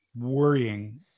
worrying